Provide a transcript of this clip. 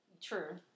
True